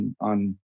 on